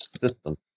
system